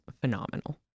phenomenal